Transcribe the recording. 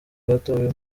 batowe